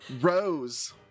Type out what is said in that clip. Rose